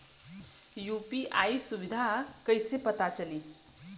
UPI सुबिधा कइसे पता चली?